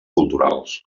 culturals